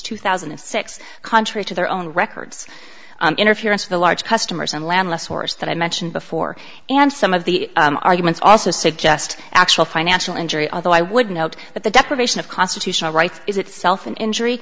two thousand and six contrary to their own records an interference with a large customers and landless source that i mentioned before and some of the arguments also suggest actual financial injury although i would note that the deprivation of constitutional rights is itself an injury